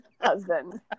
husband